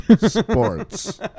Sports